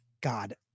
God